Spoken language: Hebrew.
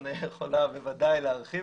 לירון יכולה בוודאי להרחיב.